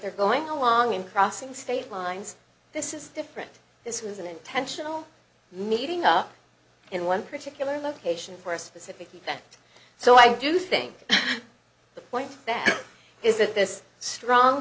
they're going along in crossing state lines this is different this was an intentional meeting up in one particular location for a specific event so i do think the point is that this strong